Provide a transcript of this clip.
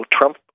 Trump